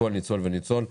לכל ניצול וניצול.